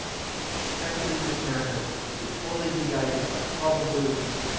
in such a speculative matter we can only be guided by probabilities,